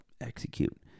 execute